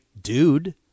dude